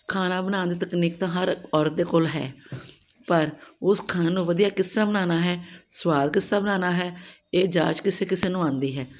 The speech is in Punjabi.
ਖਾਣਾ ਬਣਾਉਣ ਦੀ ਤਕਨੀਕ ਤਾਂ ਹਰ ਇੱਕ ਔਰਤ ਦੇ ਕੋਲ ਹੈ ਪਰ ਉਸ ਖਾਣੇ ਨੂੰ ਵਧੀਆ ਕਿਸ ਤਰ੍ਹਾਂ ਬਣਾਉਣਾ ਹੈ ਸਵਾਦ ਕਿਸ ਤਰ੍ਹਾਂ ਬਣਾਉਣਾ ਹੈ ਇਹ ਜਾਚ ਕਿਸੇ ਕਿਸੇ ਨੂੰ ਆਉਂਦੀ ਹੈ